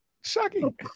Shocking